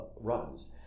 runs